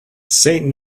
saint